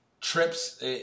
trips